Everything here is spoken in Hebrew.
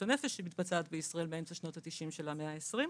הנפש שמתבצעת בישראל באמצע שנות ה-90 של המאה ה-20,